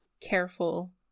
careful